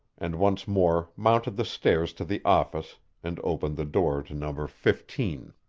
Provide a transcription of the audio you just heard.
and once more mounted the stairs to the office and opened the door to number fifteen.